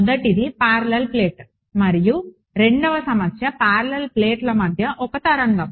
మొదటిది parallel plate మరియు రెండవ సమస్య పారలెల్ ప్లేట్ల మధ్య ఒక తరగం